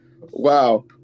wow